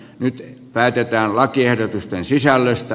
nyt päätetään lakiehdotusten sisällöstä